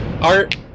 Art